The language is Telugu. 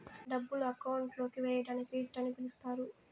డబ్బులు అకౌంట్ లోకి వేయడాన్ని క్రెడిట్ అని పిలుత్తారు